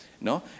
No